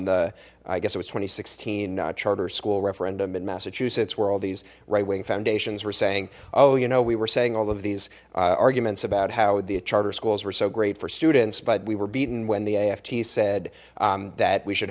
the i guess it was two thousand and sixteen charter school referendum in massachusetts where all these right wing foundations were saying oh you know we were saying all of these arguments about how the charter schools were so great for students but we were beaten when the aft said that we should